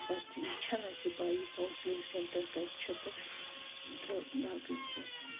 یہِ چَھنہٕ اَسہِ پَتہ یہِ کَوسِلِنگ سینٹر کَتہِ چھُ تہٕ تہٕ باقٕے بَس